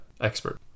expert